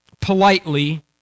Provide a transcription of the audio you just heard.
politely